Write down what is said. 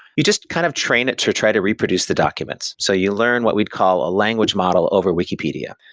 you just kind of train it to try to reproduce the documents. so you learn what we'd call a language model over wikipedia.